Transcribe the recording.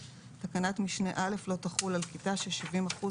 תקנת משנה (א) לא תחול על כיתה ש-70 אחוזים